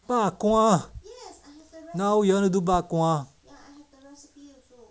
bak kwa now you want to do bak kwa